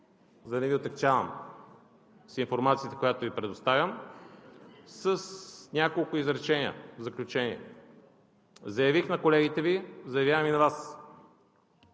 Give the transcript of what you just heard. за да не Ви отегчавам с информацията, която Ви предоставям, с няколко изречения в заключение. Заявих на колегите Ви, заявявам и на Вас: